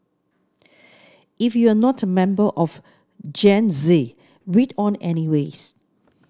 if you're not a member of Gen Z read on anyways